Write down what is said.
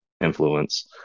influence